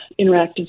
interactive